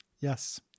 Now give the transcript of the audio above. yes